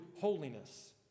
holiness